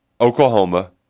Oklahoma